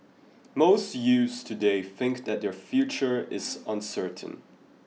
most youths today think that their future is uncertain